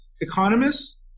economists